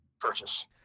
purchase